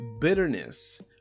bitterness